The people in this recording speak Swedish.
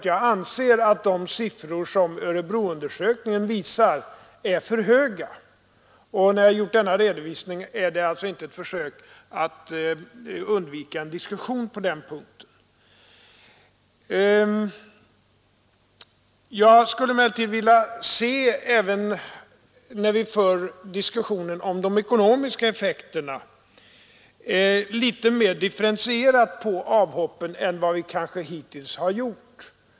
Jag anser att de siffror som Örebroundersökningen visar är för höga. När jag lämnat denna redovisning är det alltså inte ett försök att undvika en diskussion på den punkten. Jag skulle emellertid även när vi för diskussionen om de ekonomiska effekterna vilja se litet mer differentierat på avhoppen än vad vi kanske hittills har gjort.